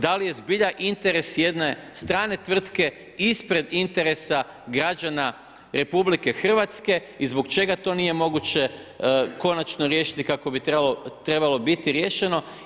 Da li je zbilja interes jedne strane tvrtke ispred interesa građana RH i zbog čega to nije moguće konačno riješiti kako bi trebalo biti riješeno?